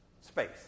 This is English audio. space